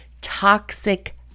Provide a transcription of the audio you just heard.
toxic